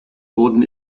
wurden